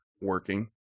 working